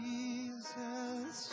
Jesus